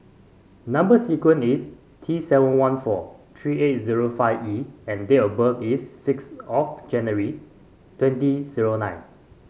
number sequence is T seven one four three eight zero five E and date of birth is six of January twenty zero nine